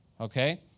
okay